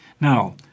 Now